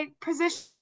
position